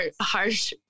harsh